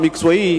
המקצועי,